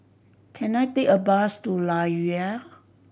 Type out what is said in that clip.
can I take a bus to Layar